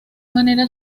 manera